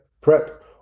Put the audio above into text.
prep